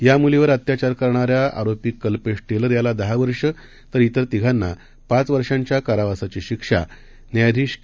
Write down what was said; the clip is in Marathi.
या मुलीवर अत्याचार करणाऱ्या आरोपी कल्पेश टेलर याला दहा वर्ष तर अन्य तिघांना पाच वर्षांच्या कारावासाची शिक्षा न्यायाधीश के